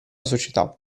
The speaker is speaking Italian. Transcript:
società